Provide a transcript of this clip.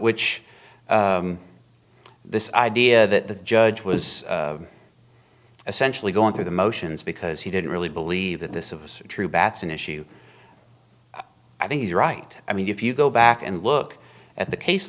which this idea that the judge was essentially going through the motions because he didn't really believe that this was true batson issue i think is right i mean if you go back and look at the case